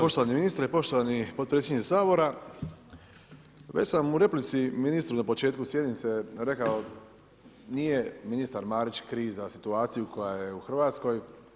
Poštovani ministre, poštovani potpredsjedniče Sabora, već sam u replici ministru na početku sjednice rekao, nije ministar Marić kriv za situaciju koja je u Hrvatskoj.